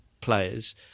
players